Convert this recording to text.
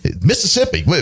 Mississippi